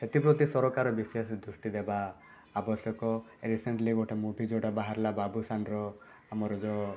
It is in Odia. ସେଥିପ୍ରତି ସରକାର ବିଶେଷ ଦୃଷ୍ଟି ଦେବା ଆବଶ୍ୟକ ରିସେଣ୍ଟଲି୍ ଗୋଟେ ମୁଭି ଗୋଟେ ବାହାରିଲା ବାବୁସାନର ଆମର ଯେଉଁ